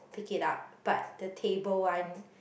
pick up but the table one